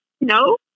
No